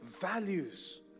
values